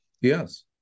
Yes